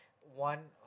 one